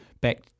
back